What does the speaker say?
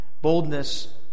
boldness